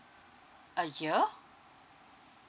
a year